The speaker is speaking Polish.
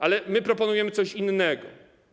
Ale my proponujemy coś innego.